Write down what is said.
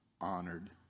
honored